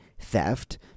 theft